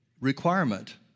requirement